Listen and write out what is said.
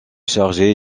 chargé